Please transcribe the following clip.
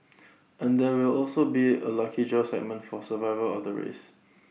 and there will also be A lucky draw segment for survivor of the race